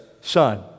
son